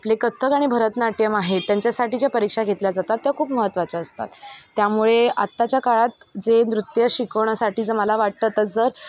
आपले कथक आणि भरतनाट्यम आहे त्यांच्यासाठी ज्या परीक्षा घेतल्या जातात त्या खूप महत्त्वाच्या असतात त्यामुळे आत्ताच्या काळात जे नृत्य शिकवण्यासाठी ज मला वाटतं तर जर